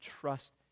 trust